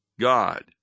God